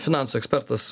finansų ekspertas